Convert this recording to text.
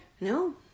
No